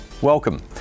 Welcome